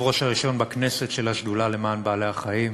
היושב-ראש הראשון בכנסת של השדולה למען בעלי-החיים,